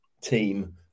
team